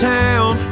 town